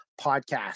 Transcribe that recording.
Podcast